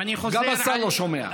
גם השר לא שומע.